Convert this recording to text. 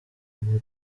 muri